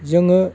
जोङो